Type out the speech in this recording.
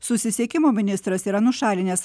susisiekimo ministras yra nušalinęs